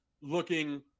looking